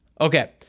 Okay